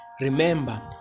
Remember